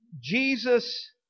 Jesus